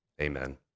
amen